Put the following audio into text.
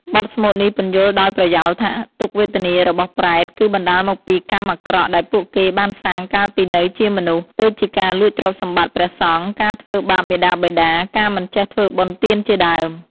បទស្មូតនេះពន្យល់ដោយប្រយោលថា ទុក្ខវេទនារបស់ប្រេត គឺបណ្តាលមកពីកម្មអាក្រក់ដែលពួកគេបានសាងកាលពីនៅជាមនុស្ស ដូចជាការលួចទ្រព្យសម្បត្តិព្រះសង្ឃ ការធ្វើបាបមាតាបិតា ការមិនចេះធ្វើបុណ្យទានជាដើម។